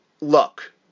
Look